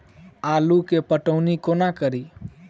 आलु केँ पटौनी कोना कड़ी?